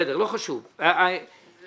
אני